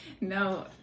No